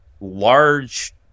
large